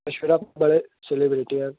اشرف بڑے سلیبریٹی ہیں